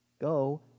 Go